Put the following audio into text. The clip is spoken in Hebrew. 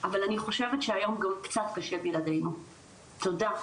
אבל אני חושבת שהיום גם קצת קשה בלעדינו, תודה.